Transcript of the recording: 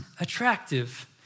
attractive